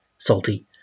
salty